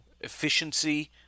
efficiency